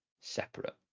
separate